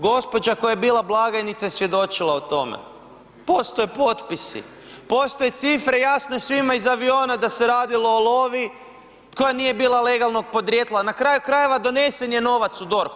Gospođa koja je bila blagajnica je svjedočila o tome, postoje potpisi, postoje cifre i jasno je svima iz aviona da se radilo o lovi koja nije bila legalnog podrijetla na kraju krajeva donesen je novac u DORH.